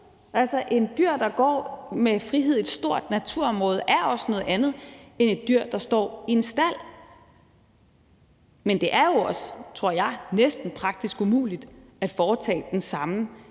Altså, dyr, der går med frihed i et stort naturområde, er også noget andet end dyr, der står i en stald, men det er jo også, tror jeg, næsten praktisk umuligt at foretage den samme